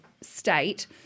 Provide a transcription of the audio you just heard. state